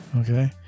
Okay